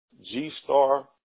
G-Star